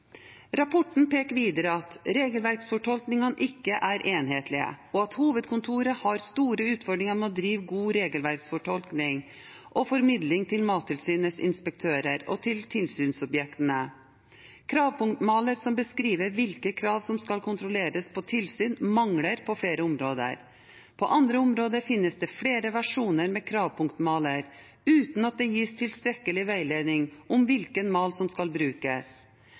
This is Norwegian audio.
er ikke enhetlig.» Videre påpekes det: «Hovedkontoret har store utfordringer med å drive god regelverksfortolkning og formidling til Mattilsynets inspektører og til tilsynsobjektene. Kravpunktmaler, som beskriver hvilke krav som skal kontrolleres på tilsyn, mangler på flere områder. På andre områder finnes det flere versjoner med kravpunktmaler, uten at det gis tilstrekkelig veiledning om hvilken mal som skal brukes.